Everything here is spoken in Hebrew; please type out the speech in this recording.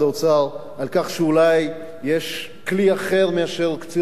על כך שאולי יש כלי אחר מאשר קציר מלח.